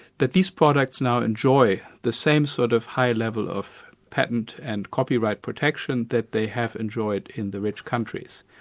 that these products now enjoy the same sort of high level of patent and copyright protection that they have enjoyed in the rich countries.